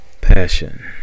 Passion